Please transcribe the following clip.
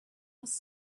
was